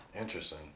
Interesting